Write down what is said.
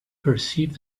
perceived